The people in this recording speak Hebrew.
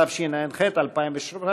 התשע"ח 2017,